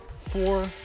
four